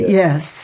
yes